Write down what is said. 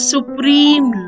Supreme